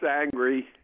angry